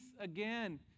again